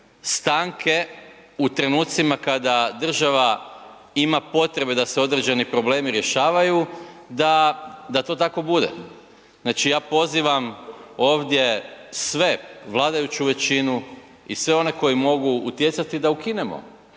stanke u trenucima kada država ima potrebe da se određeni problemi rješavaju, da to tako bude. Znači ja pozivam ovdje sve, vladajuću većinu i sve one koji mogu utjecati da ukinemo